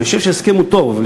אני חושב שההסכם טוב.